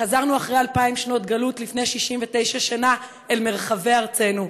חזרנו אחרי אלפיים שנות גלות לפני 69 שנה אל מרחבי ארצנו,